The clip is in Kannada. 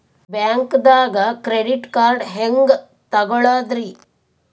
ಬ್ಯಾಂಕ್ದಾಗ ಕ್ರೆಡಿಟ್ ಕಾರ್ಡ್ ಹೆಂಗ್ ತಗೊಳದ್ರಿ?